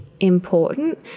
Important